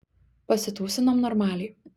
pasitūsinom normaliai